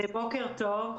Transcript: בוקר טוב,